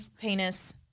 penis